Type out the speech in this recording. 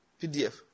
PDF